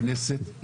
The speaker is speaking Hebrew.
שמנהלים את הכנסת,